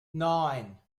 nine